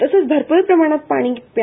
तसंच भरपूर प्रमाणात पाणी प्या